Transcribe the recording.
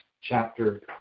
chapter